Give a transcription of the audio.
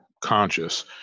conscious